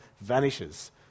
vanishes